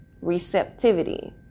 receptivity